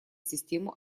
систему